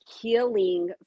healing